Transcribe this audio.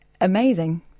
amazing